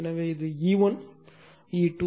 எனவே இது E1 E2